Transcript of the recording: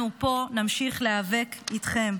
אנחנו פה נמשיך להיאבק איתכם.